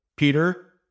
Peter